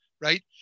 Right